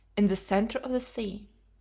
in the centre of the sea.